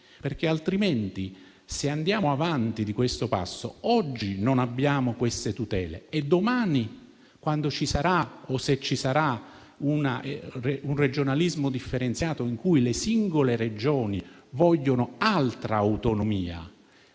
infatti, andando avanti di questo passo, oggi non abbiamo queste tutele e domani, quando e se ci sarà un regionalismo differenziato in cui le singole Regioni vogliono altra autonomia,